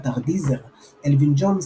באתר דיזר אלווין ג'ונס,